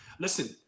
Listen